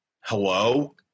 hello